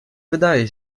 wydaje